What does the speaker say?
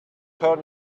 turn